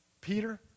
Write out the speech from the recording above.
Peter